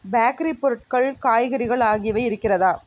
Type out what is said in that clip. bakery பொருட்கள் காய்கறிகள் ஆகியவை இருக்கிறதா